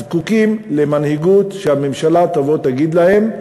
זקוקים למנהיגות, שהממשלה תבוא, תגיד להם: